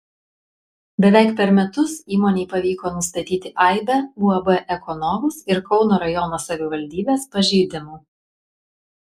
beveik per metus įmonei pavyko nustatyti aibę uab ekonovus ir kauno rajono savivaldybės pažeidimų